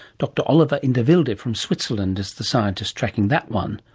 dr. oliver inderwildi from switzerland is the scientist tracking that one.